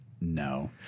No